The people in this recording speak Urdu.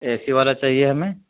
اے سی والا چاہیے ہمیں